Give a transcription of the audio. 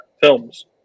films